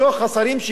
ממשלה רחבה,